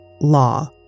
law